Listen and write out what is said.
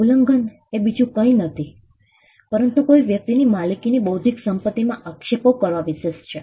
ઉલ્લંઘન એ બીજું કઈ નહિ પરંતુ કોઈ વ્યક્તિની માલિકીની બૌદ્ધિક સંપત્તિમાં આક્ષેપ કરવા વિશે છે